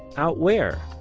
out where?